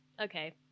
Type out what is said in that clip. Okay